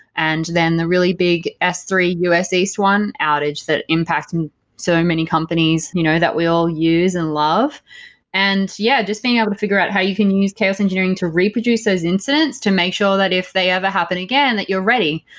and then the really big s three us east one outage that impacted so many companies you know that we all use and love and yeah, just being able to figure out how you can use chaos engineering to reproduce those incidents, to make sure that if they ever happen again that you're ready.